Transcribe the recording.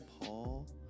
Paul